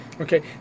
Okay